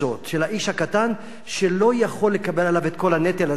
של האיש הקטן שלא יכול לקבל עליו את כל הנטל הזה,